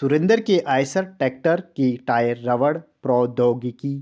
सुरेंद्र के Eicher tractor के tyre रबड़ प्रौद्योगिकी